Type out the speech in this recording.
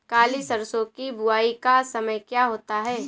काली सरसो की बुवाई का समय क्या होता है?